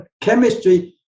chemistry